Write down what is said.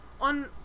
on